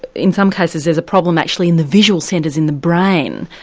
in some cases there's a problem actually in the visual centres in the brain,